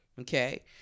okay